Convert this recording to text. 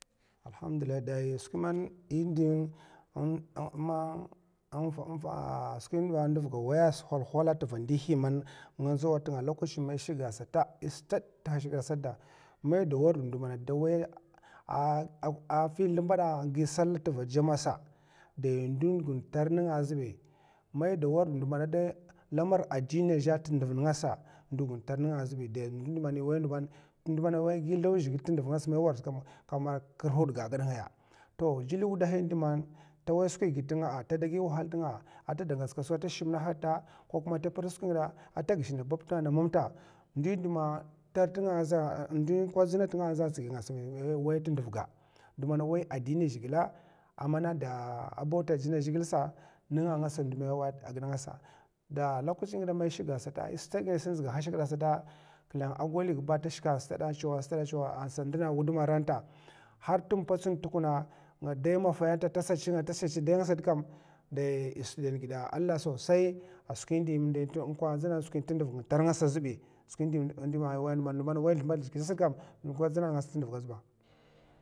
Alhamdulillahi dai skwi man ndi skwin ndi man ndv ga waya s'hwalhwala tva ndihi man nga ndzaw tnga in shikga sta yi stad t'hèshèkèd sat da, mai da warrd ndo mana dwai a fi slbad angi sal tva jama sa, dai ndu'gn tar nènga zbi mai da warrd ndo man lamar adini zhè tv nènga sa, ndu'gn tar nènga zbi dai ndu di man è wai ndu man dagi slaw zhègil tndv nèngas kam mai warrd kam, kamar kir hud ga ngada ngaya toh gèli wudai di man tada gi skwi gid tnga, tada gi wahal tnga ata da ngats ka skwi ta shim na hadta ko kuma ta pir skwi ngidè ata gèsh na bab ta mam ta ndu di man tar tnga za, ndi gwazna tnga za ts'gin a waya tndv ga, ndu man wai adini zhègila amana da bauta dzna zhègil sa, nga ngasa ndu man a gida ngasa. Da lakwaci ngida shikga sta yi stad gina ay sa nzdaga hasha'kda, klèng a gwaliga ta shika an stad'dan chawa stad'dan chawa ansa ndna wuduma ran ta, har tn potsun tukuna ng'dai mafa tasa chi'nga ata sa chi dai nga sat kam dai è shid dan gida allah sosai a skwi di ng kwazna din tdvn ngtar ngatisa zbi, skwi ndi man è wayan ndu mana wai slabad zhègils kam ngwa dzna nas t'ndav ga zba.